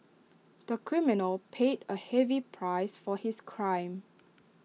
the criminal paid A heavy price for his crime